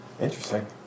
Interesting